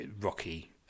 rocky